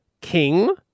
King